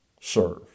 serve